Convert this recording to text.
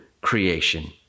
creation